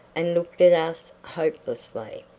and looked us hopelessly,